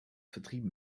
vertrieben